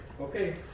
Okay